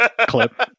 clip